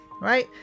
Right